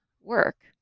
work